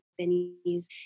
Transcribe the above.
venues